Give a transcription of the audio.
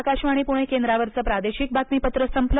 आकाशवाणी पुणे केंद्रावरचं प्रादेशिक बातमीपत्र संपलं